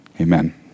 amen